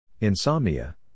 Insomnia